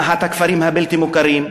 הזנחת הכפרים הבלתי-מוכרים,